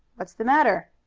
what's the matter?